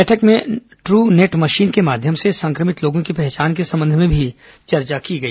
बैठक में Truenat machine के माध्यम से संक्रमित लोगों की पहचान के संबंध में भी चर्चा की गई